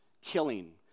killing